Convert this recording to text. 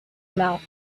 mouth